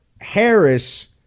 Harris